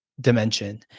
dimension